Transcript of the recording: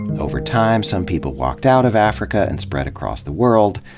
over time, some people walked out of africa and spread across the world.